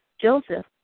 Joseph